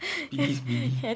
speedy speedy